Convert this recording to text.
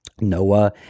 noah